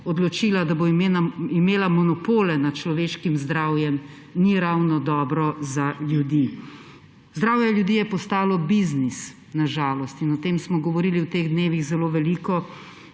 odločila, da bo imela monopole nad človeškim zdravjem, ni ravno dobro za ljudi. Zdravje ljudje je postalo biznis, na žalost. In o tem smo govorili v teh dnevih zelo veliko.